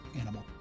animal